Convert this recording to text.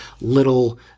little